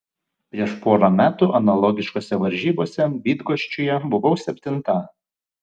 prieš porą metų analogiškose varžybose bydgoščiuje buvau septinta